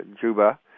Juba